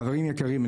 חברים יקרים,